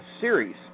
series